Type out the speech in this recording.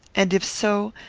and if so,